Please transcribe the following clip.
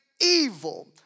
evil